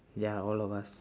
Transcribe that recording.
ya all of us